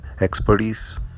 expertise